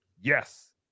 yes